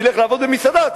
תלך לעבוד במסעדה,